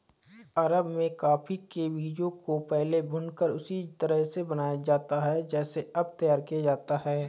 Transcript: अरब में कॉफी के बीजों को पहले भूनकर उसी तरह से बनाया जाता था जैसे अब तैयार किया जाता है